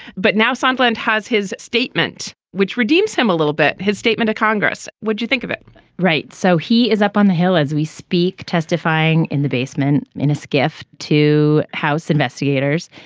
but now sunland has his statement which redeems him a little bit his statement to congress would you think of it right. so he is up on the hill as we speak testifying in the basement in his gift to house investigators.